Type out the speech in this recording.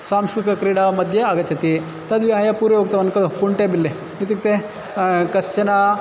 सांस्कृतिकक्रीडामध्ये आगच्छति तद् विहाय पूर्वे उक्तवान् खलु कुण्टेबिल्ले इत्युक्ते कश्चन